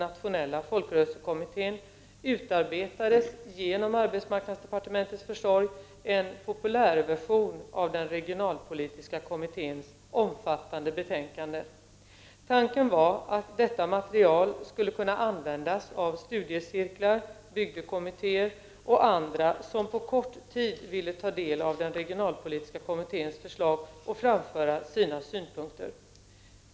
Nationella folkrörelsekommittén utarbetades genom arbetsmarknadsdepartementets försorg en populärversion av den regionalpolitiska kommitténs omfattande betänkande. Tanken var att detta material skulle kunna användas av studiecirklar, bygdekommittéer och andra som på kort tid ville ta del av den regionalpolitiska kommitténs förslag och framföra sina synpunkter.